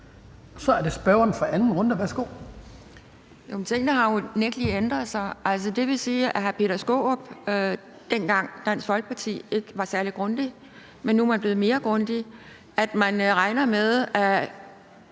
14:48 Pia Kjærsgaard (DF): Tingene har unægtelig ændret sig. Det vil sige, at hr. Peter Skaarup dengang i Dansk Folkeparti ikke var særlig grundig, men at man nu er blevet mere grundig, og at man regner med, at